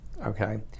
okay